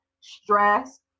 stress